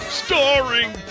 starring